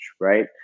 right